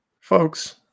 Folks